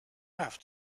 have